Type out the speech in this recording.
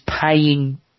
paying